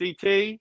CT